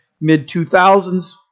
mid-2000s